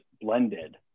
blended